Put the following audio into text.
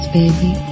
baby